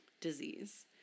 disease